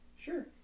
sure